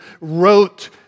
wrote